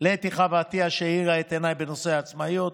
לאתי חוה עטייה, שהאירה את עיניי בנושא העצמאיות,